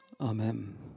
Amen